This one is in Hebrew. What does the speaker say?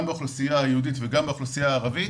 גם באוכלוסייה היהודית וגם באוכלוסייה הערבית,